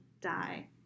die